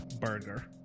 burger